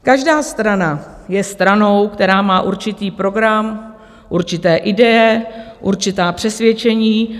Každá strana je stranou, která má určitý program, určité ideje, určitá přesvědčení.